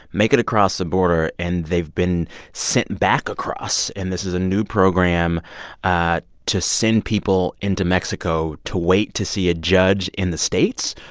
make it across the border, and they've been sent back across. and this is a new program ah to send people into mexico to wait to see a judge in the states.